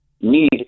Need